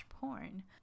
porn